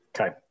Okay